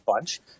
bunch